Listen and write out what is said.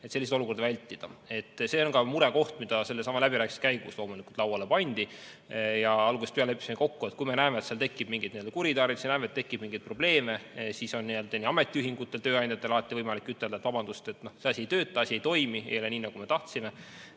et selliseid olukordi vältida. See on ka murekoht, mis läbirääkimiste käigus loomulikult lauale pandi. Algusest peale leppisime kokku, et kui me näeme, et seal tekib mingeid kuritarvitusi, näeme, et tekib mingeid probleeme, siis on ametiühingutel ja tööandjatel alati võimalik ütelda, et vabandust, see asi ei tööta, ei toimi, ei ole nii, nagu me tahtsime.